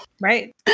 Right